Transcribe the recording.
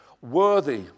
worthy